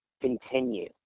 continue